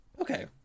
Okay